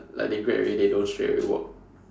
like like they grad already they don't straight away work